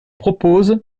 propose